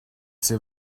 ses